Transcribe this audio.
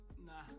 nah